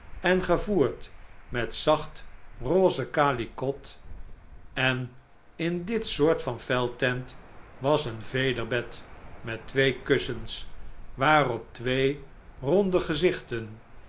en gevoerd met zacht rose calicot en in dit soort van veldtent was een vederbed met twee kussens waarop twee ronde gezichten